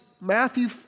Matthew